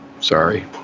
Sorry